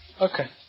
Okay